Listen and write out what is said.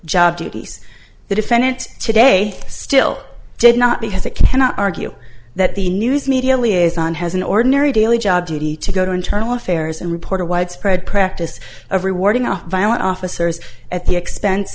job duties the defendant today still did not because it cannot argue that the news media liaison has an ordinary daily job duty to go to internal affairs and report a widespread practice of rewarding a violent officers at the expense